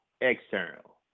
external